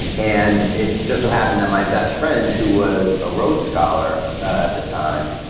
and it just so happened that my best friend, who was a rhodes scholar at the time,